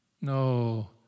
No